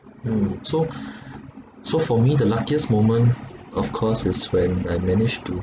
um so so for me the luckiest moment of course is when I managed to